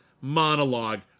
Monologue